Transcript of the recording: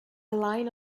line